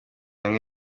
hamwe